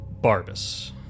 Barbus